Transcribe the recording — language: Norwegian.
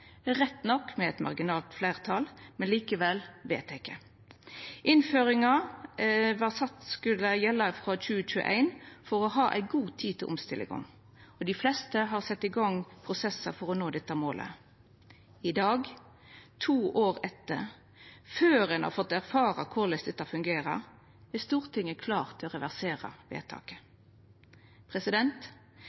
rett nok med eit marginalt fleirtal, men likevel vedteke. Innføringa vart sagt skulle gjelda frå 2021 for å ha god tid til omstillinga. Dei fleste har sett i gang prosessar for å nå dette målet. I dag, to år etter – før ein har fått erfara korleis dette fungerer – er Stortinget klare til å reversere vedtaket.